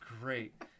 great